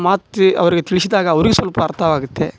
ಆ ಮಹತ್ವ ಅವರಿಗೆ ತಿಳ್ಸಿದಾಗ ಅವ್ರಿಗೆ ಸ್ವಲ್ಪ ಅರ್ಥವಾಗುತ್ತೆ